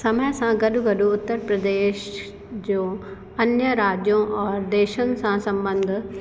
समय सां गॾु गॾु उत्तर प्रदेश जो अन्य राज्यों और देशनि सां संबंध